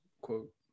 quote